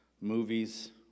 movies